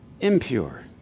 Impure